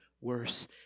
Worse